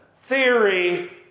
theory